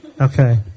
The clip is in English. Okay